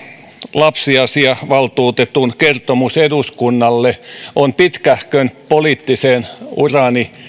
lapsiasiavaltuutetun kertomus eduskunnalle on pitkähkön poliittisen urani